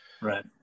Right